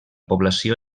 població